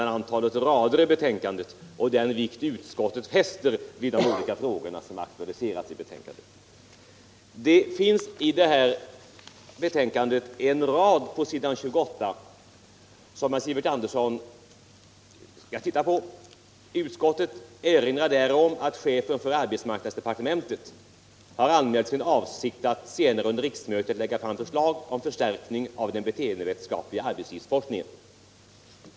!an antalet rader i betänkandet och den vikt utskottet fäster vid de frågor som behandlas i betänkandet Vidare finns det en rad på s. 28 i betänkandet som herr Sivert Andersson skall titta på. Utskottet erinrar där om att chefen för arbetsmarknadsdepartementet har anmält sin avsikt att senare under riksmötet lägga fram förslag om förstärkning av den beteendevetenskapliga arbetslivsforskningen.